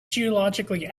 geologically